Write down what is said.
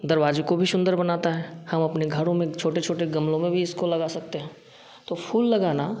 दरवाजे को भी सुंदर बनाता है हम अपने घरों में छोटे छोटे गमलों में भी इसको लगा सकते हैं तो फूल लगाना